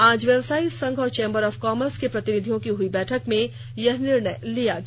आज व्यवसायी संघ और चौम्बर ऑफ कॉमर्स के प्रतिनिधियों की हुई बैठक में यह निर्णय लिया गया